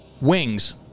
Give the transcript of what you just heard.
Wings